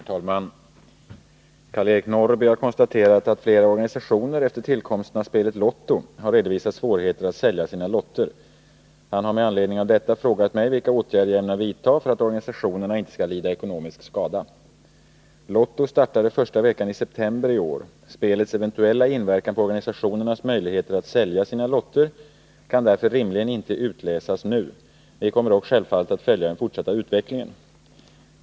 Herr talman! Karl-Eric Norrby har konstaterat att flera organisationer efter tillkomsten av spelet Lotto har redovisat svårigheter att sälja sina lotter. Han har med anledning av detta frågat mig vilka åtgärder jag ämnar vidtaga för att organisationerna inte skall lida ekonomisk skada. Lotto startade första veckan i september i år. Spelets eventuella inverkan på organisationernas möjligheter att sälja sina lotter kan därför rimligen inte utläsas nu. Vi kommer dock självfallet att följa den fortsatta utvecklingen.